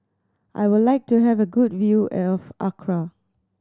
I would like to have a good view of Accra